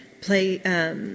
Play